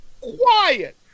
quiet